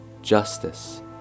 justice